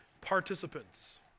participants